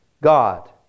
God